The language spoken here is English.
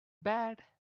bad